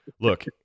look